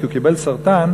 כי הוא קיבל סרטן,